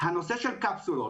לגבי קפסולות,